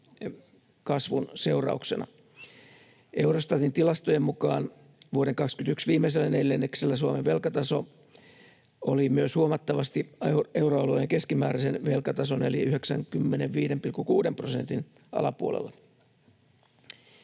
Eurostatin tilastojen mukaan vuoden 21 viimeisellä neljänneksellä Suomen velkataso oli myös huomattavasti euroalueen keskimääräisen velkatason eli 95,6 prosentin alapuolella.